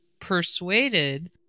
persuaded